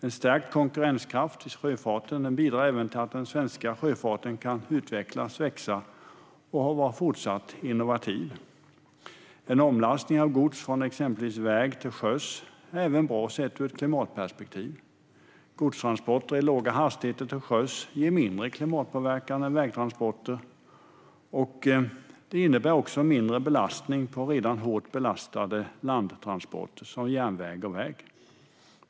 En stärkt konkurrenskraft hos sjöfarten bidrar även till att den svenska sjöfarten kan utvecklas, växa och fortsätta att vara innovativ. En omlastning av gods från exempelvis väg till sjö är även bra ur ett klimatperspektiv. Godstransporter i låga hastigheter till sjöss ger mindre klimatpåverkan än vägtransporter. Det innebär också mindre belastning på redan hårt belastade landtransporter som järnväg och väg.